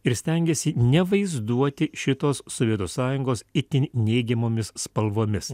ir stengėsi nevaizduoti šitos sovietų sąjungos itin neigiamomis spalvomis